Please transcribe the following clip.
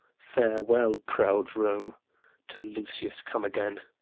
farewell, proud rome till lucius come again,